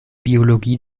biologie